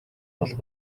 болох